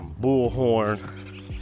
Bullhorn